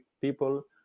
people